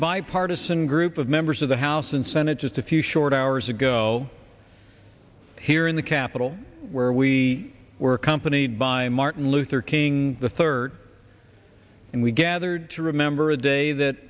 bipartisan group of members of the house and senate just a few short hours ago here in the capitol where we were accompanied by martin luther king the third and we gathered to remember a day that